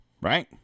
right